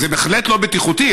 זה בהחלט לא בטיחותי,